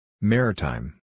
Maritime